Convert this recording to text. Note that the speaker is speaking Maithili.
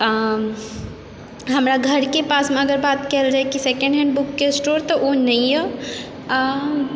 आ हमरा घरके पासमे अगर बात कयल जाए कि सेकेण्ड हैण्ड बुकके स्टोर तऽ ओ नहिए आ